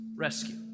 Rescue